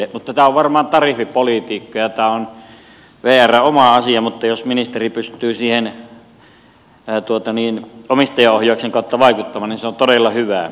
mutta tämä on varmaan tariffipolitiikkaa ja tämä on vrn oma asia mutta jos ministeri pystyy siihen omistajaohjauksen kautta vaikuttamaan niin se on todella hyvä